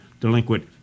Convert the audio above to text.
delinquent